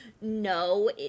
No